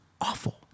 awful